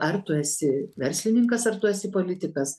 ar tu esi verslininkas ar tu esi politikas